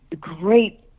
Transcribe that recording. great